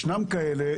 ישנם כאלה,